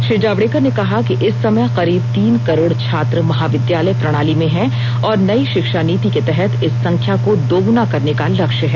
श्री जावड़ेकर ने कहा कि इस समय करीब तीन करोड़ छात्र महाविद्यालय प्रणाली में हैं और नई शिक्षा नीति के तहत इस संख्या को दोगुना करने का लक्ष्य है